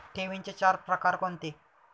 ठेवींचे चार प्रकार कोणते?